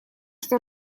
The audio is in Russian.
что